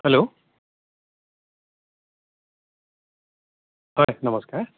hello হয় নমস্কাৰ